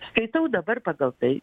skaitau dabar pagal tai